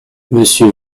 monsieur